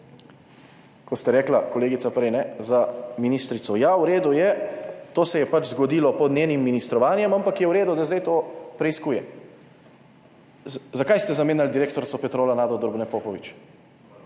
Ko ste rekli, kolegica, prej, za ministrico: "Ja, v redu, to se je pač zgodilo pod njenim ministrovanjem, ampak je v redu, da zdaj to preiskuje." Zakaj ste zamenjali direktorico Petrola Nado Drobne Popović?